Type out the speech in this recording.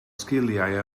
sgiliau